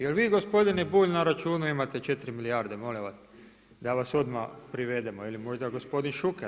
Jel' vi gospodine Bulj na računu imate 4 milijarde molim vas da vas odmah privedemo ili možda gospodin Šuker?